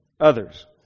others